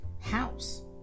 house